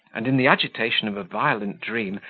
and, in the agitation of a violent dream,